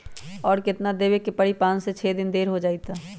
और केतना देब के परी पाँच से छे दिन देर हो जाई त?